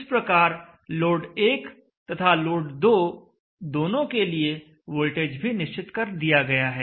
इस प्रकार लोड 1 तथा लोड 2 दोनों के लिए वोल्टेज भी निश्चित कर दिया गया है